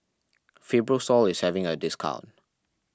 Fibrosol is having a discount